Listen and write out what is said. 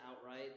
outright